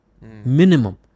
minimum